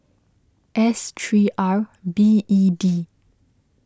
S three R B E D